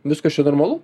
viskas čia normalu